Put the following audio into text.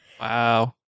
Wow